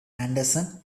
anderson